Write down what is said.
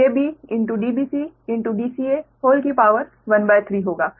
Deq 13 होगा